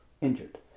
injured